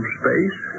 space